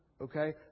Okay